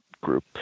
group